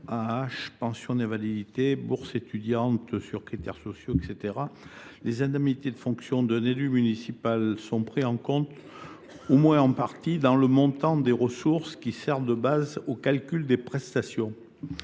la pension d’invalidité, ou de bourses étudiantes sur critères sociaux, les indemnités de fonction d’un élu municipal sont prises en compte, au moins en partie, dans le montant des ressources qui sert de base au calcul. Ainsi,